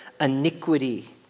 iniquity